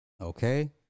Okay